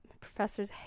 Professors